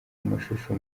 amashusho